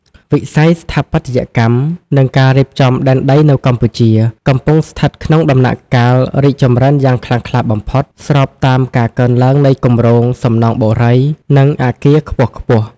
វិស័យស្ថាបត្យកម្ម និងការរៀបចំដែនដីនៅកម្ពុជា កំពុងស្ថិតក្នុងដំណាក់កាលរីកចម្រើនយ៉ាងខ្លាំងក្លាបំផុត ស្របតាមការកើនឡើងនៃគម្រោងសំណង់បុរី និងអគារខ្ពស់ៗ។